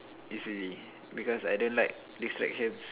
easily because I don't like distractions